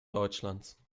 deutschlands